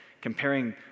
comparing